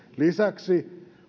lisäksi